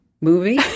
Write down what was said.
movie